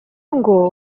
ngo